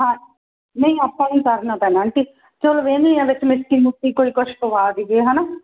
ਹਾਂ ਨਹੀਂ ਆਪਾਂ ਨੂੰ ਕਰਨਾ ਪੈਣਾ ਆਂਟੀ ਚੱਲੋ ਵੇਂਦੀ ਆ ਵਿੱਚ ਕੋਈ ਮਿਸਤਰੀ ਮੁਸਤਰੀ ਕੁਝ ਪਵਾ ਦੇਵੇ ਹੈ ਨਾ